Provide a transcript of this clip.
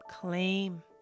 claim